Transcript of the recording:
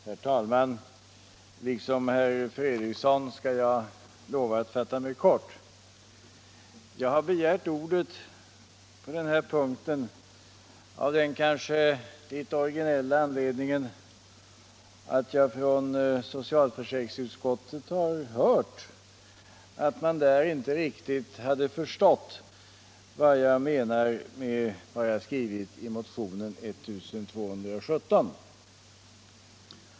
Herr talman! Liksom herr Fredriksson skall jag fatta mig kort. Jag har begärt ordet på denna punkt av den kanske litet originella anledningen att jag från socialförsäkringsutskottet har hört, att man där inte riktigt förstått vad jag menat i min motion 1217.